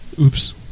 Oops